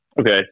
Okay